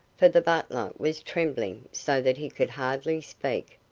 for the butler was trembling so that he could hardly speak.